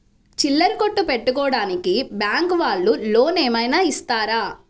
చిల్లర కొట్టు పెట్టుకోడానికి బ్యాంకు వాళ్ళు లోన్ ఏమైనా ఇస్తారా?